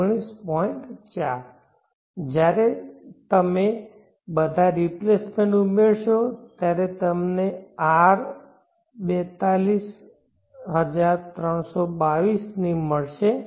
તેથી જ્યારે તમે બધા રિપ્લેસમેન્ટ ઉમેરશો ત્યારે તમને આર 42322 ની બરાબર મળશે